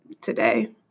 today